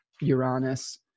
Uranus